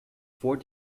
four